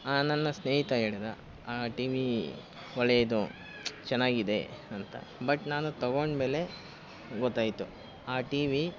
ಆ ನನ್ನ ಸ್ನೇಹಿತ ಹೇಳಿದ ಆ ಟಿ ವಿ ಒಳ್ಳೆ ಇದು ಚೆನ್ನಾಗಿದೆ ಅಂತ ಬಟ್ ನಾನು ತೊಗೊಂಡಮೇಲೆ ಗೊತ್ತಾಯ್ತು ಆ ಟಿ ವಿ